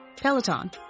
Peloton